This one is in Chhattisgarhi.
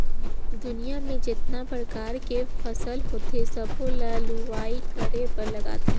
दुनियां में जेतना परकार के फसिल होथे सबो ल लूवाई करे बर लागथे